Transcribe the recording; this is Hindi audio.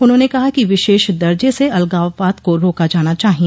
उन्होंने कहा कि विशेष दर्जे से अलगाववाद को रोका जाना चाहिए